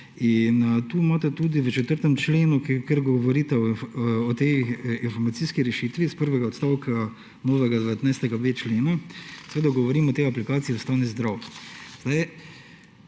tu imate tudi v 4. členu, kjer govorite o tej informacijski rešitvi iz prvega odstavka novega 19.b člena, seveda govorim o tej aplikaciji Ostani zdrav*.*